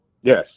Yes